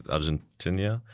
Argentina